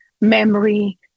memory